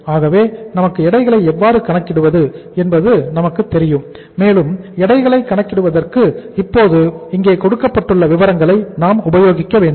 ஆகவே நமக்கு எடைகளை எவ்வாறு கணக்கிடுவது என்பது நமக்கு தெரியும் மேலும் எடைகளை கணக்கிடுவதற்கு இப்போது இங்கே கொடுக்கப்பட்டுள்ள விவரங்களை நாம் உபயோகிக்க வேண்டும்